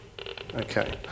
Okay